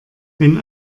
wenn